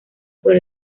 por